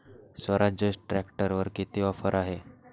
स्वराज ट्रॅक्टरवर किती ऑफर आहे?